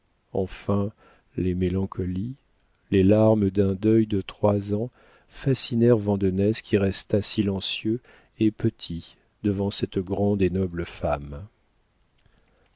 enfin les mélancolies les larmes d'un deuil de trois ans fascinèrent vandenesse qui resta silencieux et petit devant cette grande et noble femme